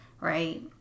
right